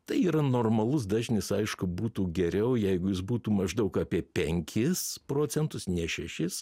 tai yra normalus dažnis aišku būtų geriau jeigu jis būtų maždaug apie penkis procentus ne šešis